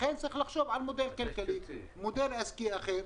לכן צריך לחשוב על מודל כלכלי, מודל עסקי אחר.